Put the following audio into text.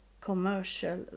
commercial